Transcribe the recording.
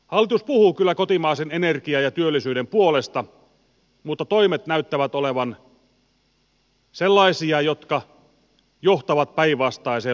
hallitus puhuu kyllä kotimaisen energian ja työllisyyden puolesta mutta toimet näyttävät olevan sellaisia jotka johtavat päinvastaiseen lopputulokseen